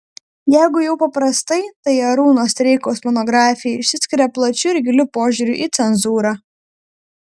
jeigu jau paprastai tai arūno streikaus monografija išsiskiria plačiu ir giliu požiūriu į cenzūrą